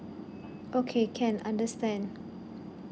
okay can understand